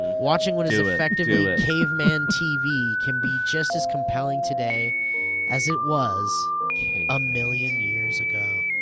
watching what is so effectively caveman tv, can be just as compelling today as it was a million years ago.